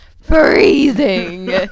freezing